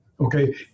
okay